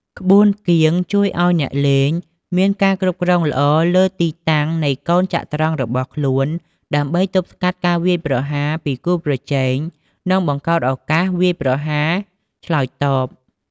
ក្បួនគៀងជួយឲ្យអ្នកលេងមានការគ្រប់គ្រងល្អលើទីតាំងនៃកូនចត្រង្គរបស់ខ្លួន ដើម្បីទប់ស្កាត់ការវាយប្រហារពីគូប្រជែង និងបង្កើតឱកាសវាយប្រហារឆ្លើយតប។